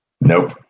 Nope